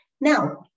Now